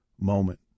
moment